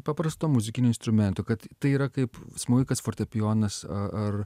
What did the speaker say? paprasto muzikinio instrumento kad tai yra kaip smuikas fortepijonas a ar